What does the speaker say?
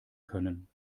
können